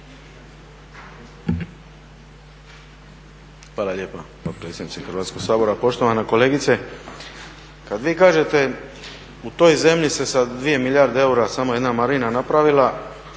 Hvala lijepa potpredsjednice Hrvatskog sabora. Poštovana kolegice, kad vi kažete u toj zemlji se sa 2 milijarde eura samo jedna marina napravila,